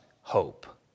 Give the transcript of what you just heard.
hope